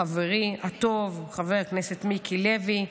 חברי הטוב חבר הכנסת מיקי לוי,